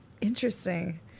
Interesting